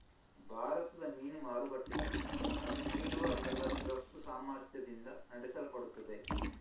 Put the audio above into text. ಭಾರತದ ಮೀನು ಮಾರುಕಟ್ಟೆಯು ಅದು ನೀಡುವ ಬೃಹತ್ ರಫ್ತು ಸಾಮರ್ಥ್ಯದಿಂದ ನಡೆಸಲ್ಪಡುತ್ತದೆ